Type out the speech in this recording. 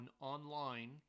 Online